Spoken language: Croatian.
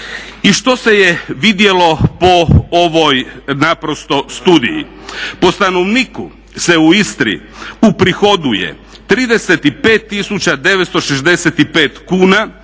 I što se je vidjelo po ovoj naprosto studiji. Po stanovniku se u Istri uprihoduje 35 tisuća